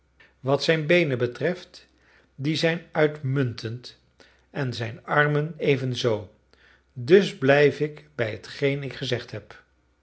wat zijn beenen betreft die zijn uitmuntend en zijn armen evenzoo dus blijf ik bij hetgeen ik gezegd heb